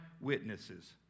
witnesses